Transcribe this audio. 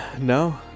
no